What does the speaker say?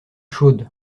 chaude